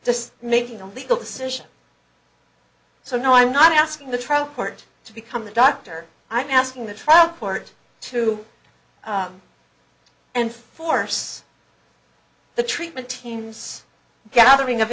just making a legal decision so no i'm not asking the trial court to become a doctor i'm asking the trial court to enforce the treatment team's gathering of